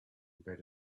about